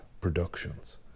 Productions